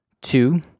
two